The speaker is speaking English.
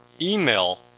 email